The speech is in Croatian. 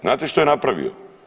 Znate što je napravio?